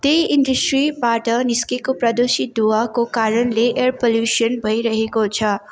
त्यही इन्डस्ट्रीबाट निस्किएको प्रदूषित धुँवाको कारणले एयर पल्युसन भइरहेको छ